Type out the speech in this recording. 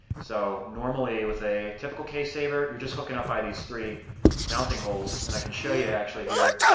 so normally with a typical case saver. you're just hooking up by these three mounting holes and i can show you actually here